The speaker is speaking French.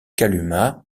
kalumah